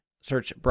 Search